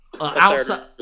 outside